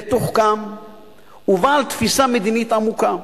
מתוחכם ובעל תפיסה מדינית עמוקה.